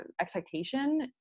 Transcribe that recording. expectation